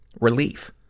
relief